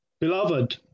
Beloved